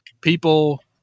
people